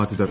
ബാധിതർ